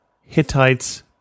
Hittites